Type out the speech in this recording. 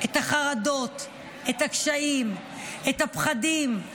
את החרדות, את הקשיים, את הפחדים.